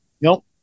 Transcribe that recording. Nope